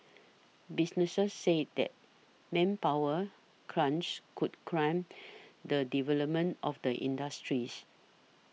businesses said the manpower crunch could crimp the development of the industries